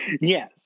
Yes